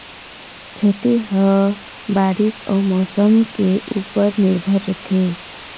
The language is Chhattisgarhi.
खेती ह बारीस अऊ मौसम के ऊपर निर्भर रथे